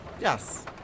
Yes